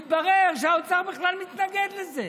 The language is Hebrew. מתברר שהאוצר בכלל מתנגד לזה.